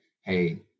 hey